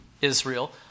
Israel